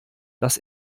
dass